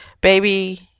baby